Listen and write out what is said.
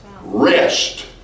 rest